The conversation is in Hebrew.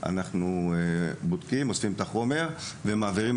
אנחנו בודקים ואוספים את החומר ומעבירים